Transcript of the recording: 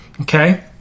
Okay